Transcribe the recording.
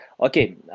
okay